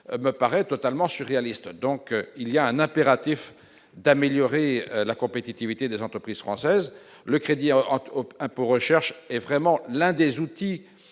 me paraît totalement surréaliste, donc il y a un impératif d'améliorer la compétitivité des entreprises françaises, le crédit en optant impôt-recherche est vraiment l'un des outils